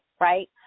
right